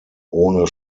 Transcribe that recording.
ohne